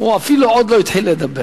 הוא אפילו עוד לא התחיל לדבר.